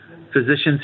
physicians